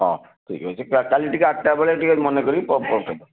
ହଁ ଠିକ୍ ଅଛି କାଲି ଟିକେ ଆଠଟା ବେଳେ ଟିକେ ମନେକରି ପଠେଇଦବ